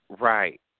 right